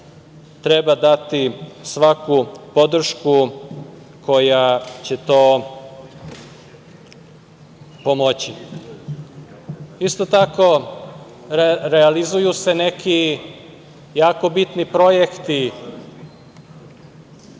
treba dati svaku podršku koja će tome pomoći. Isto tako, realizuju se neki jako bitni projekti,